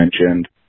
mentioned